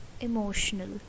emotional